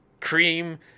cream